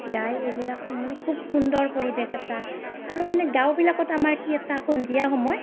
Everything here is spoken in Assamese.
গাই এইবিলাক মানে খুব সুন্দৰ পৰিৱেশ এটা আৰু মানে গাঁওবিলাকত আমাৰ কি এটা সন্ধিয়া সময়ত